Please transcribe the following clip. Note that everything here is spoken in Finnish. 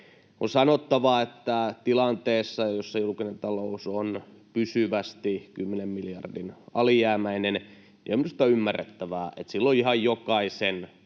On sanottava, että tilanteessa, jossa julkinen talous on pysyvästi 10 miljardia alijäämäinen, on minusta ymmärrettävää, että silloin ihan jokaisen